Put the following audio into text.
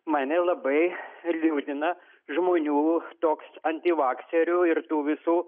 mane labai liūdina žmonių toks antivakserių ir tų visų